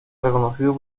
reconocido